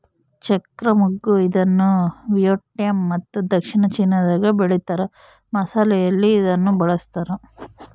ಚಕ್ತ್ರ ಮಗ್ಗು ಇದನ್ನುವಿಯೆಟ್ನಾಮ್ ಮತ್ತು ದಕ್ಷಿಣ ಚೀನಾದಾಗ ಬೆಳೀತಾರ ಮಸಾಲೆಯಲ್ಲಿ ಇದನ್ನು ಬಳಸ್ತಾರ